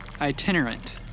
Itinerant